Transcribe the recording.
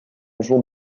jouant